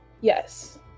yes